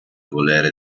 volere